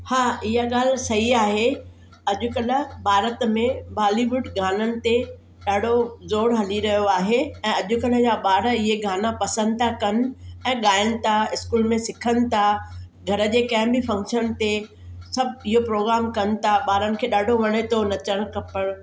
हा इहा ॻाल्हि सही आहे अॼुकल्ह भारत में बालीवुड गाननि ते ॾाढो ज़ोर हली रहियो आहे ऐं अॼुकल्ह जा ॿार इहे गाना पसंदि था कनि ऐं ॻाइनि था इस्कूल में सिखनि था घर जे कंहिं बि फ़ंक्शन ते सभु इहो प्रोग्राम कनि था ॿारनि खे ॾाढो वणे थो नचण टिपण